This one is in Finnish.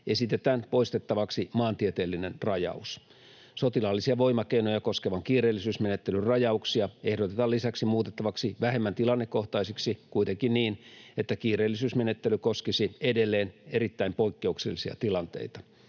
esitetään poistettavaksi maantieteellinen rajaus. Sotilaallisia voimakeinoja koskevan kiireellisyysmenettelyn rajauksia ehdotetaan lisäksi muutettavaksi vähemmän tilannekohtaisiksi kuitenkin niin, että kiireellisyysmenettely koskisi edelleen erittäin poikkeuksellisia tilanteita.